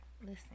Listen